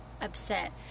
upset